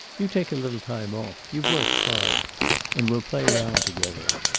you take a little time off you've worked hard and we'll play round together.